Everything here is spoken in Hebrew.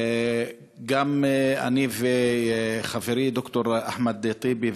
גם אני וחברי ד"ר אחמד טיבי,